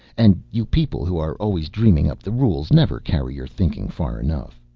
and you people who are always dreaming up the rules never carry your thinking far enough.